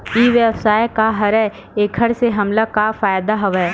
ई व्यवसाय का हरय एखर से हमला का फ़ायदा हवय?